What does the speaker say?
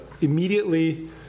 immediately